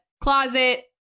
Closet